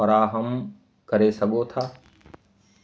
फ़राहम करे सघो था